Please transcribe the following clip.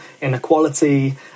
inequality